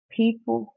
people